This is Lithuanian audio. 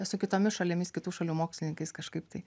su kitomis šalimis kitų šalių mokslininkais kažkaip tai